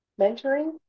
mentoring